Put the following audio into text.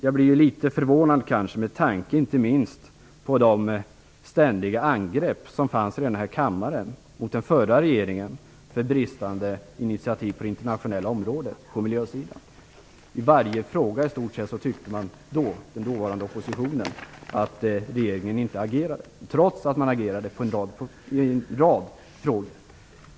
Jag blir litet förvånad, inte minst med tanke på de ständiga angrepp som fanns i den här kammaren mot den förra regeringen för bristande initiativ beträffande miljön på det internationella området. I varje fråga, i stort sett, tyckte den dåvarande oppositionen att regeringen inte agerade, trots att man agerade i en rad frågor.